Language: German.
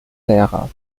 lehrer